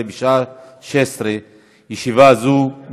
אין